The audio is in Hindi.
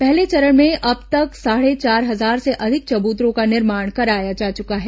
पहले चेरण में अब तक साढ़े चार हजार से अधिक चबूतरों का निर्माण कराया जा चुका है